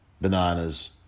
bananas